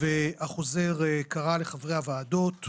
והחוזר קרא לחברי הוועדות